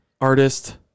artist